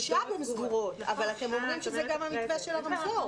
עכשיו הן סגורות אבל אתם אומרים שזה גם המתווה של ה"רמזור".